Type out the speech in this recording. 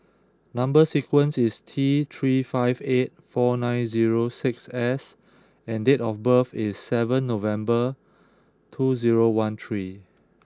number sequence is T three five eight four nine zero six S and date of birth is seven November two zero one three